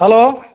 hello